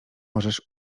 możesz